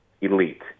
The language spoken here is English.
elite